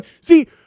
See